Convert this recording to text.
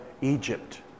Egypt